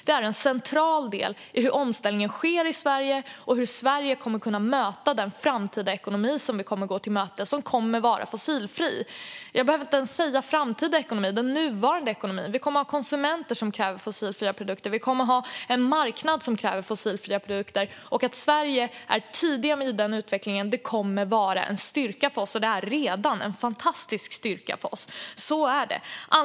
Det är en central del i hur omställningen sker i Sverige och hur Sverige kommer att kunna möta den framtida ekonomi som vi kommer att gå till mötes och som kommer att vara fossilfri. Jag behöver inte ens säga framtida ekonomi, utan det är den nuvarande ekonomin. Vi kommer att ha konsumenter som kräver fossilfria produkter, och vi kommer att ha en marknad som kräver fossilfria produkter. Att Sverige är tidigt med denna utveckling kommer att vara en styrka för oss, och det är redan en fantastisk styrka för oss. Så är det. Fru talman!